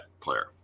player